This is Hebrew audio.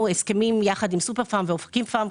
הסכמים יחד עם "סופר פארם" ו"אופקים פארם",